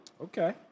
Okay